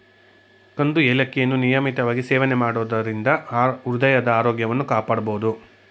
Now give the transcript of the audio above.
ಕಂದು ಏಲಕ್ಕಿಯನ್ನು ನಿಯಮಿತವಾಗಿ ಸೇವನೆ ಮಾಡೋದರಿಂದ ಹೃದಯದ ಆರೋಗ್ಯವನ್ನು ಕಾಪಾಡ್ಬೋದು